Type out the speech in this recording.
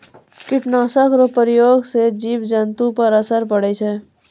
कीट नाशक रो प्रयोग से जिव जन्तु पर असर पड़ै छै